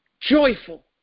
joyful